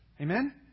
Amen